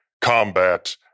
combat